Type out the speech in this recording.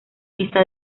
pista